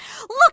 look